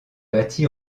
bâti